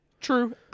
True